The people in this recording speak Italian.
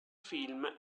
film